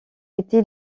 était